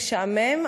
משעמם,